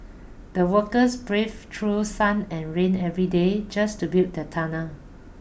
the workers braved through sun and rain every day just to build the tunnel